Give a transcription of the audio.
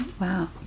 Wow